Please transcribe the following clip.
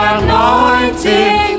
anointing